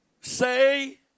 Say